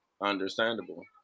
Understandable